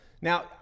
Now